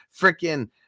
Freaking